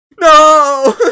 No